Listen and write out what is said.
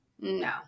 No